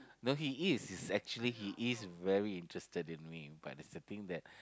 no he is he's actually he is very interested but there's the thing that